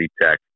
Tech